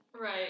Right